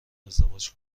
ازدواج